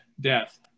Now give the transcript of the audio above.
death